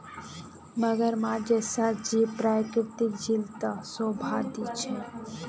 मगरमच्छ जैसा जीव प्राकृतिक झील त शोभा दी छेक